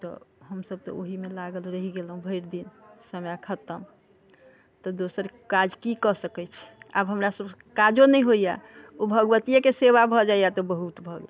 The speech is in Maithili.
तऽ हम सभ तऽ ओहिमे लागल रहि गेलहुँ भरि दिन समय खतम तऽ दोसर काज की कय सकै छी आब हमरा सभके काजो नहि होइयै ओ भगवतियैके सेवा भऽ जाइयै तऽ बहुत भऽ गेल